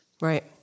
Right